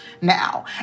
now